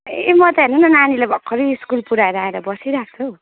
ए म त हेर्नु न नानीलाई भर्खरै स्कुल पुऱ्याएर आएर बसिराको छु हौ